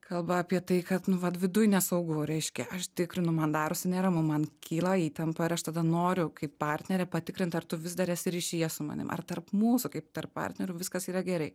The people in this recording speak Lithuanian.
kalba apie tai kad nu vat viduj nesaugu reiškia aš tikrinu man darosi neramu man kyla įtampa ar aš tada noriu kaip partnerė patikrint ar tu vis dar esi ryšyje su manim ar tarp mūsų kaip tarp partnerių viskas yra gerai